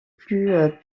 plus